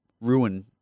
ruin